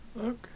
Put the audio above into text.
Okay